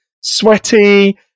sweaty